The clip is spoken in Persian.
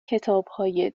کتابهای